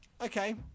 okay